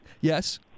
Yes